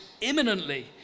imminently